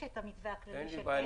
יש את המתווה הכללי --- אין לי בעיה.